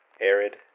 Arid